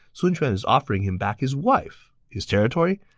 sun quan is offering him back his wife, his territory,